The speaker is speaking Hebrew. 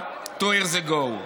two years ago,